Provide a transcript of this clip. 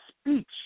speech